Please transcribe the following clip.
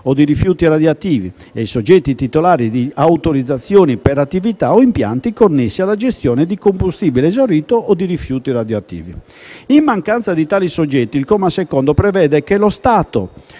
o di rifiuti radioattivi e i soggetti titolari di autorizzazioni per attività o impianti connessi alla gestione di combustibile esaurito o di rifiuti radioattivi. In mancanza di tali soggetti, il comma 2 prevede che lo Stato